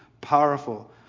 powerful